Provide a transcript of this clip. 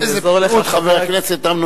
איזה בקיאות, חבר הכנסת אמנון כהן.